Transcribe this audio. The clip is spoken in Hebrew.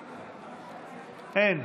אין.